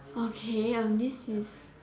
okay um this is